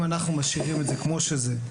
אם אנחנו משאירים את זה כמו שזה,